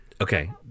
okay